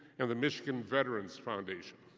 and the michigan veterans foundation.